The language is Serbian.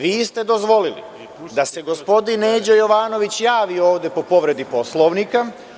Vi ste dozvolili da se gospodin Neđo Jovanović javi ovde po povredi Poslovnika.